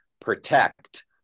protect